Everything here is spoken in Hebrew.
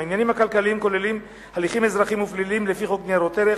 העניינים הכלכליים כוללים הליכים אזרחיים ופליליים לפי חוק ניירות ערך,